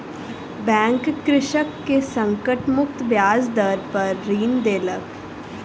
bank कृषक के संकट मुक्त ब्याज दर पर ऋण देलक